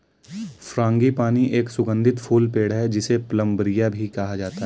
frangipani एक सुगंधित फूल पेड़ है, जिसे प्लंबरिया भी कहा जाता है